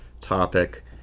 topic